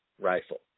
rifle